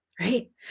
right